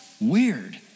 Weird